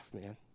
man